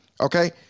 Okay